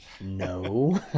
No